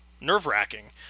nerve-wracking